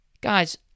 guys